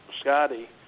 Scotty